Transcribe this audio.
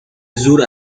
زور